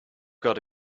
got